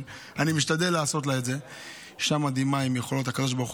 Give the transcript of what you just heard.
אני לא יודע מה קורה איתי,